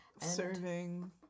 Serving